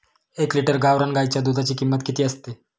एक लिटर गावरान गाईच्या दुधाची किंमत किती असते?